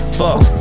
fuck